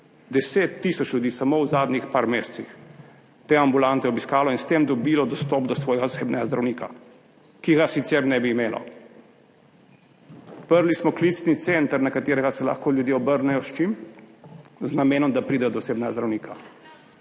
10 tisoč ljudi samo v zadnjih nekaj mesecih te ambulante obiskalo in s tem dobilo dostop do svojega osebnega zdravnika, ki ga sicer ne bi imelo. Odprli smo klicni center, na katerega se lahko ljudje obrnejo – s čim? Z namenom, da pridejo do osebnega zdravnika.